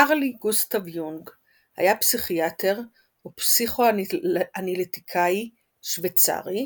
קרל גוסטב יונג היה פסיכיאטר ופסיכואנליטיקאי שווייצרי,